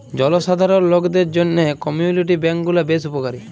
জলসাধারল লকদের জ্যনহে কমিউলিটি ব্যাংক গুলা বেশ উপকারী